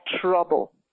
trouble